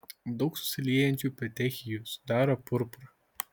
daug susiliejančių petechijų sudaro purpurą